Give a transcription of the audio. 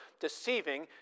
deceiving